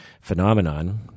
phenomenon